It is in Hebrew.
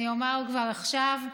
אני אומר כבר עכשיו,